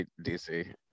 DC